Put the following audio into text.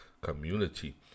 community